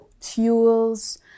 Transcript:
fuels